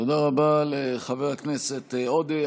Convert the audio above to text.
תודה רבה לחבר הכנסת עודה.